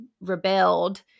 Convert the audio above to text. rebelled